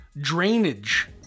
drainage